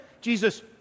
Jesus